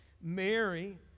Mary